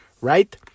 right